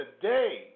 today